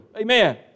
Amen